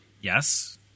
Yes